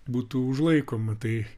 būtų užlaikoma tai